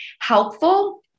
helpful